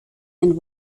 and